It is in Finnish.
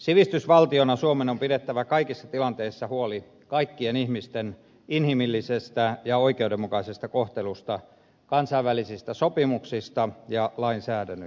sivistysvaltiona suomen on pidettävä kaikissa tilanteissa huoli kaikkien ihmisten inhimillisestä ja oikeudenmukaisesta kohtelusta kansainvälisistä sopimuksista ja lain säädöksistä